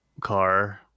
car